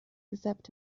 except